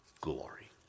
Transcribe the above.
glory